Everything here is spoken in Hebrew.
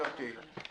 גברתי,